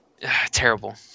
Terrible